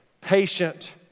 patient